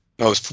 No